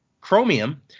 Chromium